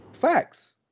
Facts